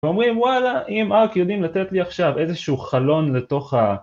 ואומרים וואלה אם הארפ יודעים לתת לי עכשיו איזה שהוא חלון לתוך ה...